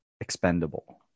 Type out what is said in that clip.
expendable